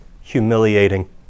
Humiliating